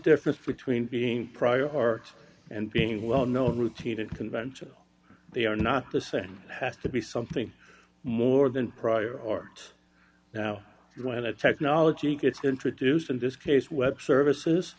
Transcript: difference between being prior art and being well known routine and conventional they are not the same has to be something more than prior art now when a technology gets introduced in this case web services